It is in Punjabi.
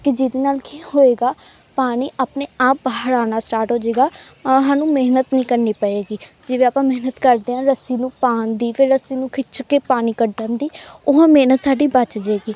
ਕਿ ਜਿਹਦੇ ਨਾਲ ਕੀ ਹੋਏਗਾ ਪਾਣੀ ਆਪਣੇ ਆਪ ਬਾਹਰ ਆਉਣਾ ਸਟਾਰਟ ਹੋ ਜੇਗਾ ਅ ਸਾਨੂੰ ਮਿਹਨਤ ਨਹੀਂ ਕਰਨੀ ਪਏਗੀ ਜਿਵੇਂ ਆਪਾਂ ਮਿਹਨਤ ਕਰਦੇ ਹਾਂ ਰੱਸੀ ਨੂੰ ਪਾਉਣ ਦੀ ਫਿਰ ਰੱਸੀ ਨੂੰ ਖਿੱਚ ਕੇ ਪਾਣੀ ਕੱਢਣ ਦੀ ਉਹ ਮਿਹਨਤ ਸਾਡੀ ਬਚ ਜੇਗੀ